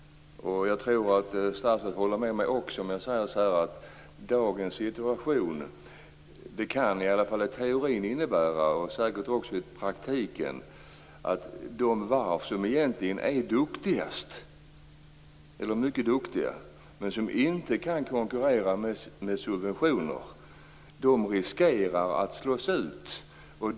Jag tror att statsrådet håller med mig när jag säger att dagens situation i teorin och kanske också i praktiken kan innebära att de varv som är mycket duktiga, men inte kan konkurrera med subventioner, riskerar att slås ut.